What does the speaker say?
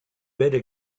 better